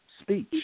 speech